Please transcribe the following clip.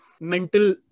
mental